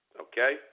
Okay